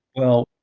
well,